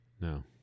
No